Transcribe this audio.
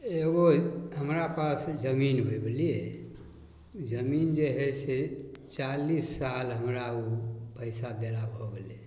एगो हमरा पास जमीन हइ बुझलिए जमीन जे हइ से चालीस साल हमरा ओ पइसा देला भऽ गेलै